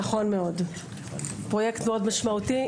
נכון מאוד, פרויקט משמעותי.